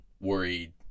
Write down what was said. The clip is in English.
worried